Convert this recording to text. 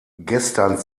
gestern